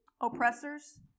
oppressors